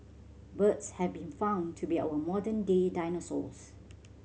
birds have been found to be our modern day dinosaurs